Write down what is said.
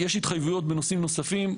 יש התחייבויות בנושאים נוספים,